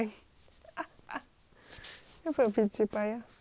会不会 a bit jibai